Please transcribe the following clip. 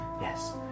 yes